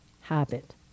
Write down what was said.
habit